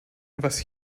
was